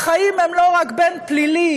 החיים הם לא רק בין פלילי,